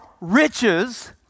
riches